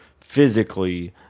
physically